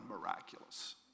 miraculous